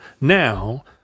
now